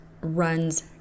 runs